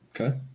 Okay